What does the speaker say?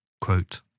Quote